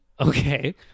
Okay